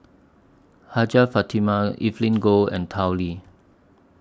Hajjah Fatimah Evelyn Goh and Tao Li